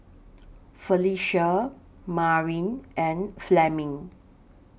Phylicia Maren and Fleming